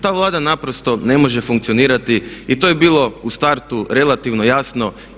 Ta Vlada naprosto ne može funkcionirati i to je bilo u startu relativno jasno.